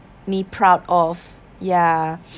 me proud of ya